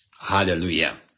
Hallelujah